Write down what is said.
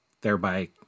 thereby